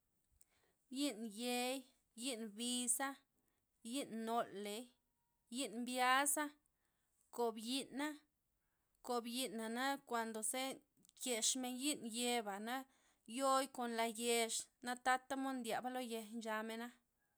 Yi'n yei, yi'n biza, yi'n nole'i, yi'n mbya'za, kob yi'na, kob yi'na na kuando ze kexmen yi'n yeba'na yo'i kon la yex natatamod ndyaba lo yej nchamena'.